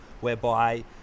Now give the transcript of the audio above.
whereby